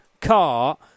car